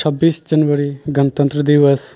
छब्बीस जनवरी गणतंत्र दिवस